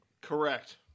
correct